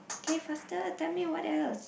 okay faster tell me what else